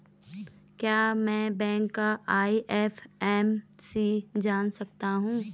क्या मैं बैंक का आई.एफ.एम.सी जान सकता हूँ?